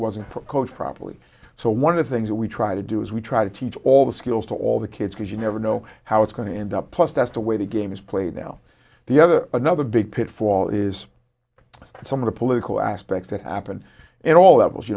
wasn't coached properly so one of the things that we try to do is we try to teach all the skills to all the kids because you never know how it's going to end up plus that's the way the game is played now the other another big pitfall is some of the political aspects that happen in all